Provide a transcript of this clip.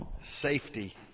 Safety